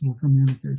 communication